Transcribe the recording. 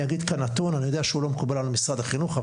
אני אגיד כאן נתון אני יודע שהוא לא מקובל על משרד החינוך,